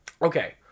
Okay